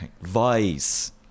vice